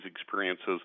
experiences